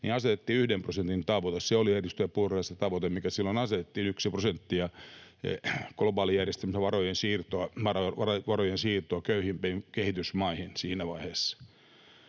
niin asetettiin 1 prosentin tavoite. Se oli, edustaja Purra, se tavoite, mikä silloin asetettiin, 1 prosentti globaalijärjestelmässä varojen siirtoa köyhimpiin kehitysmaihin siinä vaiheessa.